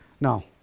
Now